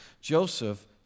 Joseph